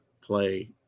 play